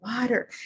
water